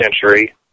century